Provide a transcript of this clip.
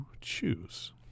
choose